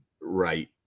right